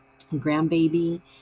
grandbaby